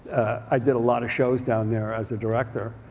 i did a lot of shows down there as a director.